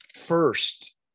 first